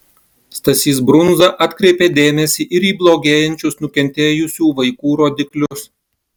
stasys brunza atkreipė dėmesį ir į blogėjančius nukentėjusių vaikų rodiklius